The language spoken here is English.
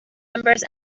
numbers